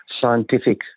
scientific